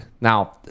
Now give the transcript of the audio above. now